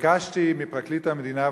ביקשתי מפרקליט המדינה,